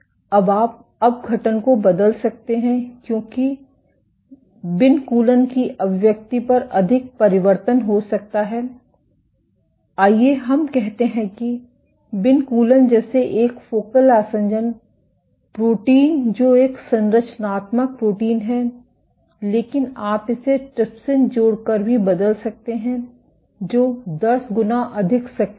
अब आप अपघटन को बदल सकते हैं क्योंकि विनकूलन की अभिव्यक्ति पर अधिक परिवर्तन हो सकता है आइए हम कहते हैं कि विनकूलन जैसे एक फोकल आसंजन प्रोटीन जो एक संरचनात्मक प्रोटीन है लेकिन आप इसे ट्रिप्सिन जोड़कर भी बदल सकते हैं जो दस गुना अधिक सक्रिय है